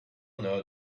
know